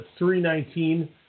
319